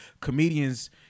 comedians